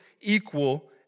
equal